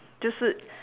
就是